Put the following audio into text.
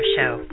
Show